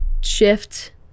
shift